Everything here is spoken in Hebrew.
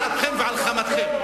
על אפכם ועל חמתכם.